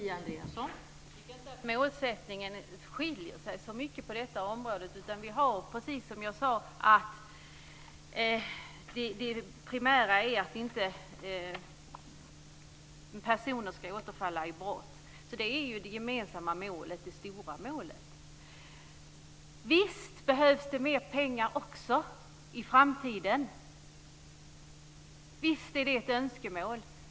Fru talman! Jag tycker inte att målsättningen skiljer sig så mycket på detta område. Det primära är att personer inte ska återfalla i brott. Det är det gemensamma målet, det stora målet. Visst behövs det mer pengar också i framtiden - visst är det ett önskemål.